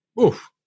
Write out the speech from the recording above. Oof